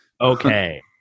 Okay